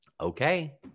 Okay